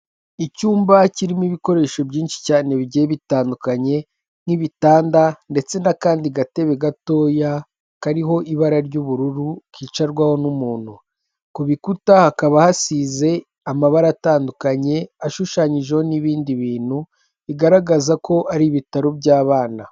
Icyumba kirimo ibikoresho byinshi cyane bigiye bitandukanye nk'ibitanda ndetse n'akandi gatebe gatoya kariho ibara ry'ubururu kicarwaho n'umuntu, ku bikuta hakaba hasize amabara atandukanye ashushanyijeho n'ibindi bintu bigaragaza ko ari ibitaro by'abana.